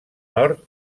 nord